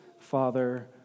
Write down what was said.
father